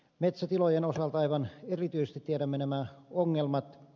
metsätilojen osalta aivan erityisesti tiedämme nämä ongelmat